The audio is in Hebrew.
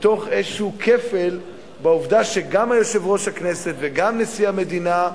מתוך איזה כפל בעובדה שגם יושב-ראש הכנסת וגם נשיא המדינה,